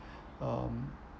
um